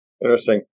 Interesting